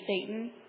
Satan